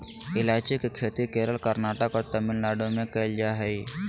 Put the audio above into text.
ईलायची के खेती केरल, कर्नाटक और तमिलनाडु में कैल जा हइ